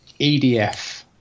EDF